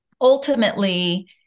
ultimately